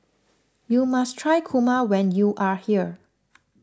you must try Kurma when you are here